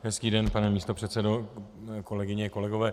Hezký den, pane místopředsedo, kolegyně, kolegové.